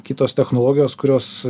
kitos technologijos kurios